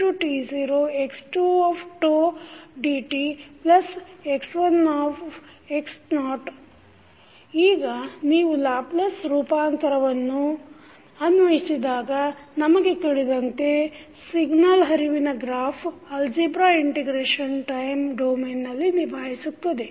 x1tt0tx2dτx1 ಈಗ ನೀವು ಲ್ಯಾಪ್ಲೇಸ್ ರೂಪಾಂತರವನ್ನು ಅನ್ವಯಿಸಿದಾಗ ನಮಗೆ ತಿಳಿದಂತೆ ಸಿಗ್ನಲ್ ಹರಿವಿನ ಗ್ರಾಫ್ ಆಲ್ಜಿಬ್ರಾ ಇಂಟಿಗ್ರೇಷನ್ ಟೈಮ್ ಡೊಮೆನಲ್ಲಿ ನಿಭಾಯಿಸುತ್ತದೆ